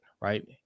right